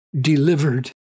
delivered